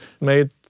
made